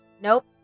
Nope